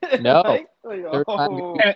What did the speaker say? No